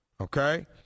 okay